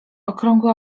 okrągłe